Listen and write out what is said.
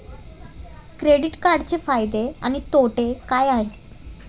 Credit कार्डचे फायदे आणि तोटे काय आहेत?